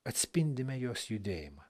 atspindime jos judėjimą